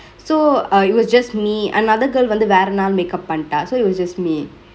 so uh it was just me another girl வந்து வேர நாள்:vanthu vera naal make up பன்ட்டா:panntaa so it was just me